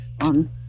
on